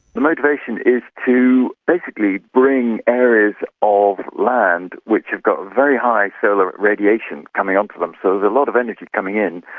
the motivation is to basically bring areas of land which have got a very high solar radiation coming onto them, so there's a lot of energy coming in,